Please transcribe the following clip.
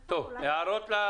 הערות.